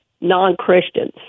non-Christians